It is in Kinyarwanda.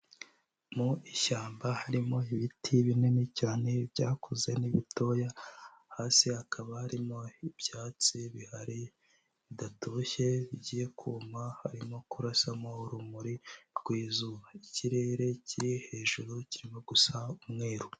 Mu ishyamba harimo ibiti binini cyane byakuze n'ibitoya, hasi hakaba harimo ibyatsi bihari bidatoshye bigiye kuma harimo kurasamo urumuri rw'izuba, ikirere kiri hejuru kirimo gusa umweru.